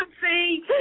see